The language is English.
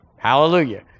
Hallelujah